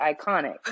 iconic